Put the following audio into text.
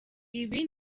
ibi